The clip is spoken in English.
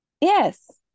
Yes